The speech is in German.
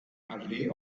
allee